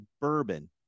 bourbon